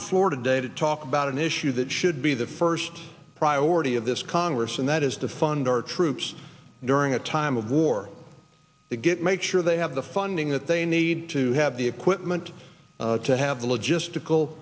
the floor today to talk about an issue that should be the first priority of this congress and that is to fund our troops during a time of war to get make sure they have the funding that they need to have the equipment to have